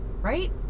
right